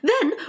Then